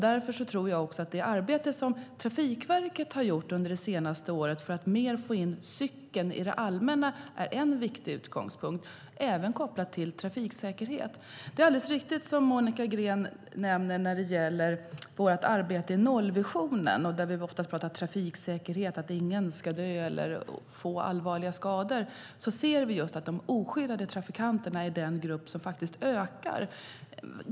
Därför tror jag att det arbete som Trafikverket har gjort under det senaste året för att mer få in cykeln i det allmänna är en viktig utgångspunkt, även kopplat till trafiksäkerhet. Det är riktigt det Monica Green säger. I vårt arbete med nollvisionen talar vi ofta om trafiksäkerhet och att ingen ska dö eller få allvarliga skador i trafiken. Tyvärr ser vi att de oskyddade trafikanterna är den olycksgrupp som ökar.